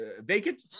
vacant